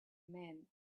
men